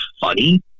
funny